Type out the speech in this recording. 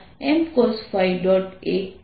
a છે